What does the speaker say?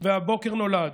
/ והבוקר נולד,